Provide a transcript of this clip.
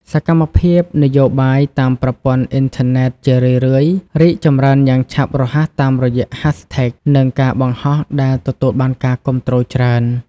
សកម្មភាពនយោបាយតាមប្រព័ន្ធអ៊ីនធឺណេតជារឿយៗរីកចម្រើនយ៉ាងឆាប់រហ័សតាមរយៈ hashtags និងការបង្ហោះដែលទទួលបានការគាំទ្រច្រើន។